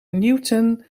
newton